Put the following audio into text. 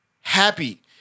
happy